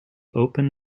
open